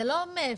זה לא מאפס.